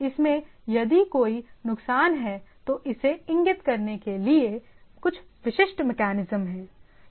इसमें यदि कोई नुकसान है तो इसे इंगित करने के लिए विशिष्ट मेकैनिज्म है